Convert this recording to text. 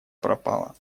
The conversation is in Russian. пропала